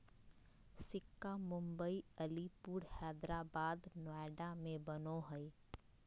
सिक्का मुम्बई, अलीपुर, हैदराबाद, नोएडा में बनो हइ